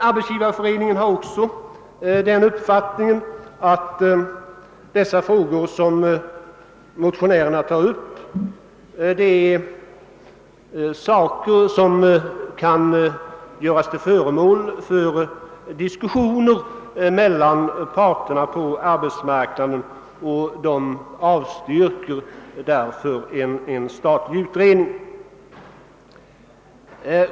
Arbetsgivareföreningen har också den uppfattningen, att de frågor som motionärerna tar upp, är sådana som kan göras till föremål för diskussioner mellan parterna på arbetsmarknaden, och avstyrker därför en statlig utredning.